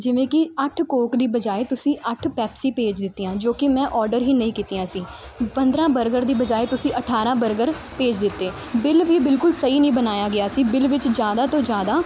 ਜਿਵੇਂ ਕਿ ਅੱਠ ਕੋਕ ਦੀ ਬਜਾਏ ਤੁਸੀਂ ਅੱਠ ਪੈਪਸੀ ਭੇਜ ਦਿੱਤੀਆਂ ਜੋ ਕਿ ਮੈਂ ਆਰਡਰ ਹੀ ਨਹੀਂ ਕੀਤੀਆਂ ਸੀ ਪੰਦਰਾਂ ਬਰਗਰ ਦੀ ਬਜਾਏ ਤੁਸੀਂ ਅਠਾਰਾਂ ਬਰਗਰ ਭੇਜ ਦਿੱਤੇ ਬਿੱਲ ਵੀ ਬਿਲਕੁਲ ਸਹੀ ਨਹੀਂ ਬਣਾਇਆ ਗਿਆ ਸੀ ਬਿੱਲ ਵਿੱਚ ਜ਼ਿਆਦਾ ਤੋਂ ਜ਼ਿਆਦਾ